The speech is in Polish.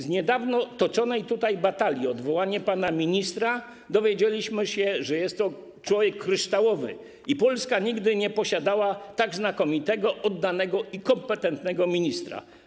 Z niedawno toczonej tutaj batalii o odwołanie pana ministra dowiedzieliśmy się, że jest to człowiek kryształowy i Polska nigdy nie miała tak znakomitego, oddanego i kompetentnego ministra.